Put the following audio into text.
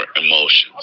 emotions